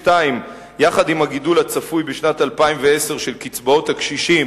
2. יחד עם הגידול הצפוי בשנת 2010 של קצבאות הקשישים